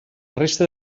resta